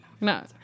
No